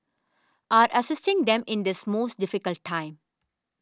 are assisting them in this most difficult time